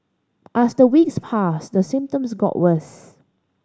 as the weeks passed the symptoms got worse